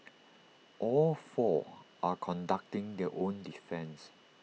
all four are conducting their own defence